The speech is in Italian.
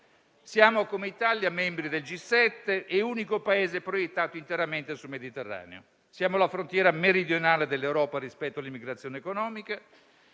siamo membri del G7 e, al suo interno, unico Paese proiettato interamente sul Mediterraneo. Siamo la frontiera meridionale dell'Europa rispetto all'immigrazione economica.